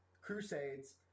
Crusades